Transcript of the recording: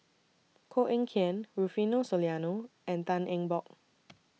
Koh Eng Kian Rufino Soliano and Tan Eng Bock